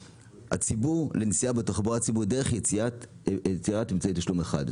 הציבור לנסיעה בתחבורה ציבורית דרך יצירת אמצעי תשלום אחד.